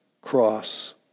cross